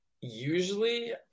Usually